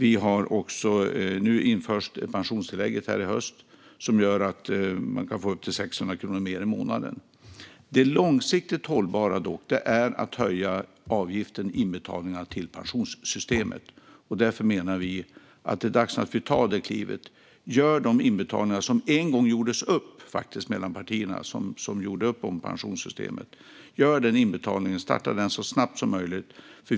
I höst införs dessutom pensionstillägget, som gör att man kan få upp till 600 kronor mer i månaden. Det långsiktigt hållbara är dock att höja avgiften, inbetalningarna, till pensionssystemet. Därför menar vi att det är dags att ta det klivet och så snabbt som möjligt starta de inbetalningar som faktiskt en gång gjordes upp mellan de partier som enades om pensionssystemet.